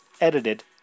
edited